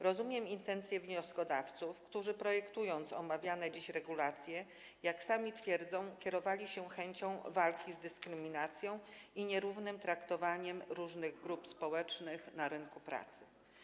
Rozumiem intencje wnioskodawców, którzy projektując omawiane dziś regulacje, jak sami twierdzą, kierowali się chęcią walki z dyskryminacją i nierównym traktowaniem różnych grup społecznych na rynku pracy.